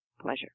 pleasure